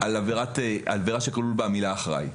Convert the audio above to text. בעבירה שכלולה בה המילה אחראי.